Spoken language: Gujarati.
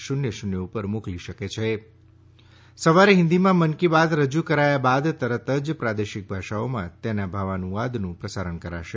શકે છે સવારે હિન્દીમાં મન કી બાત રજૂ કરાયા બાદ તરત જ પ્રાદેશિક ભાષાઓમાં તેના ભાવાનુવાદનું પ્રસારણ કરાશે